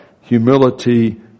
humility